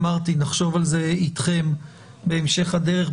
אמרתי שנחשוב על זה אתכם בהמשך הדרך,